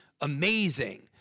amazing